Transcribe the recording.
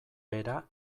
bera